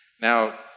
Now